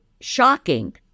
shocking